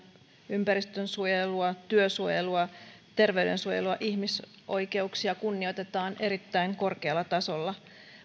ympäristönsuojelua työsuojelua terveydensuojelua ihmisoikeuksia kunnioitetaan erittäin korkealla tasolla